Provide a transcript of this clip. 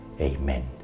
Amen